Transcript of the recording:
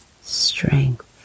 strength